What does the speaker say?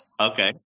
Okay